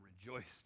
rejoiced